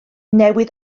newydd